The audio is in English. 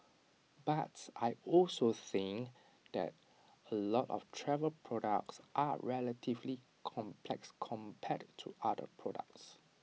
but I also think that A lot of travel products are relatively complex compared to other products